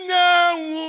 Now